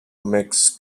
mix